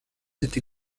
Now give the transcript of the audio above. été